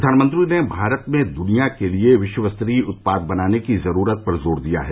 प्रधानमंत्री ने भारत में दृनिया के लिए विश्व स्तरीय उत्पाद बनाने की जरूरत पर जोर दिया है